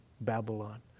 Babylon